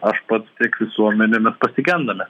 aš pats tiek visuomenė mes pasigendame